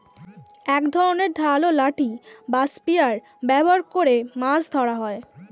এক ধরনের ধারালো লাঠি বা স্পিয়ার ব্যবহার করে মাছ ধরা হয়